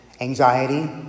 Anxiety